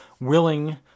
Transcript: willing